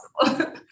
possible